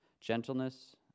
gentleness